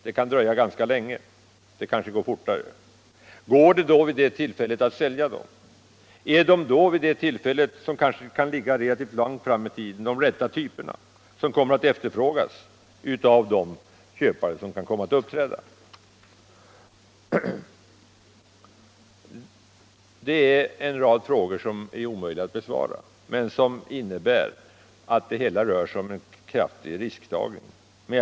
Det kommer kanske att dröja ganska länge; möjligen går det snabbare. Är de vid ett sådant tillfälle, kanske relativt långt fram i tiden, de rätta typerna som kommer att efterfrågas av de köpare som kan komma att uppträda? Det är en rad frågor som är omöjliga att besvara, och det hela innebär ett kraftigt risktagande.